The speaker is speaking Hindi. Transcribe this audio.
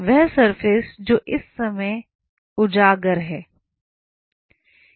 वह सरफेस जो इस समय है उजागर है